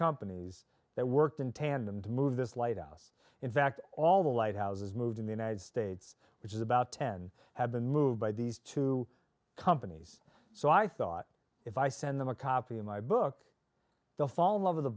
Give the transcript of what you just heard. companies that worked in tandem to move this lighthouse in fact all the lighthouses moved in the united states which is about ten have been moved by these two companies so i thought if i send them a copy of my book they'll fall in love with a